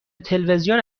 تلویزیون